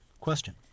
Question